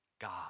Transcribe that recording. God